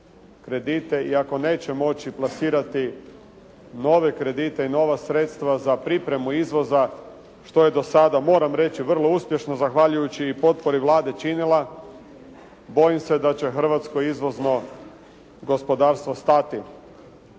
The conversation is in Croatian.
i ako neće moći plasirati nove kredite i nova sredstva za pripremu izvoza, što je do sada moram reći vrlo uspješno zahvaljujući i potpori Vlade činila, bojim se da će hrvatsko izvozno gospodarstvo stati.